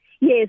Yes